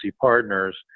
Partners